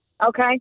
Okay